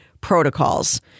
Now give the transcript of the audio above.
protocols